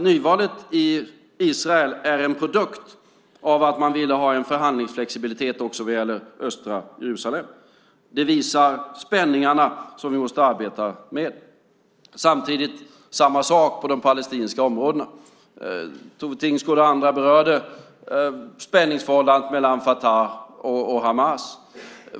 Nyvalet i Israel är alltså en produkt av att man ville ha en förhandlingsflexibilitet också vad gäller östra Jerusalem. Detta visar på de spänningar vi måste arbeta med. Samma sak gäller de palestinska områdena. Tone Tingsgård och andra berörde spänningsförhållandet mellan al-Fatah och Hamas.